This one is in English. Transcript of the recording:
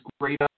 great